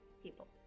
people